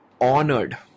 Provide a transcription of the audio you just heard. honored